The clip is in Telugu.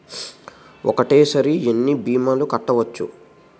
ఒక్కటేసరి ఎన్ని భీమాలు కట్టవచ్చు?